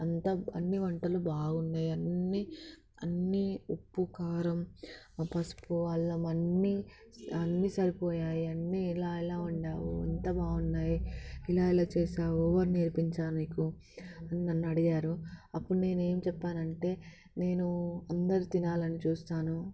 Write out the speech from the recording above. అంత అన్నీ వంటలు బాగున్నాయి అన్ని అన్నీ ఉప్పు కారం ఆ పసుపు అల్లం అన్నీ అన్నీ సరిపోయాయి అన్నీ ఇలా ఎలా వండావు ఎంత బాగున్నాయి ఇలా ఎలా చేసావు ఎవరు నేర్పించారు నీకు అని నన్ను అడిగారు అప్పుడు నేను ఏం చెప్పానంటే నేను అందరి తినాలని చూస్తాను